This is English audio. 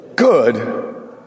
good